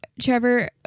Trevor